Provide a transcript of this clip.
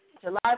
July